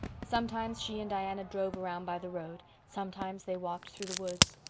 sometimes she and diana drove around by the road sometimes they walked through the woods.